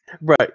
Right